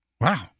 Wow